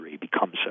becomes